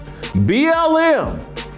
BLM